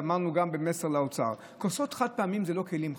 ואמרנו גם במסר לאוצר: כוסות חד-פעמיות זה לא כלים חד-פעמיים.